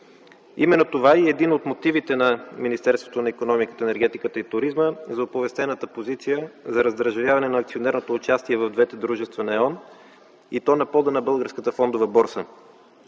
Именно това е и един от мотивите на Министерството на икономиката, енергетиката и туризма за оповестената позиция за раздържавяване на акционерното участие в двете дружества на Е.OН и то на пода на Българската фондова борса.